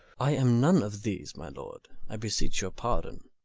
i am none of these, my lord i beseech your pardon.